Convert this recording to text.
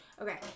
Okay